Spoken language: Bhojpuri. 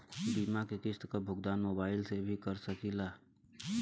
बीमा के किस्त क भुगतान मोबाइल से भी कर सकी ला?